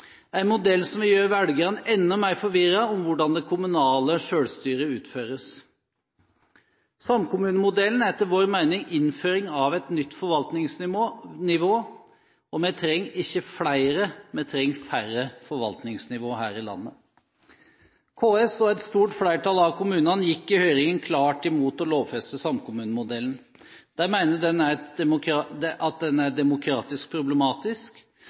en modell som vil gjøre velgerne enda mer forvirret om hvordan det kommunale selvstyret utføres? Samkommunemodellen er etter vår mening innføring av et nytt forvaltningsnivå. Vi trenger ikke flere – vi trenger færre forvaltningsnivåer her i landet. KS, og et stort flertall av kommunene, gikk i høringen klart imot å lovfeste samkommunemodellen. De mener at den er demokratisk problematisk, fordi den flytter viktige oppgaver til et